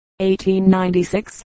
1896